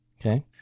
Okay